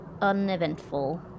uneventful